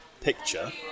picture